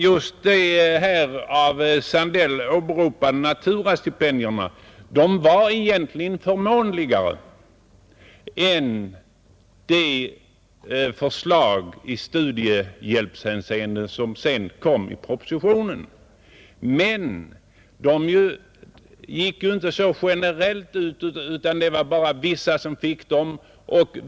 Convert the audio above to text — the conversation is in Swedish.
Just de av fröken Sandell åberopade naturastipendierna var egentligen förmånligare än den studiehjälp som sedan föreslogs i propositionen, men de var inte generella utan gällde bara vissa studerande.